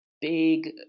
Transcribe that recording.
big